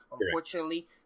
unfortunately